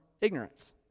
ignorance